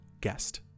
guest